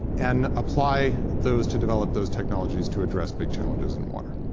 and apply those to develop those technologies to address big challenges in water.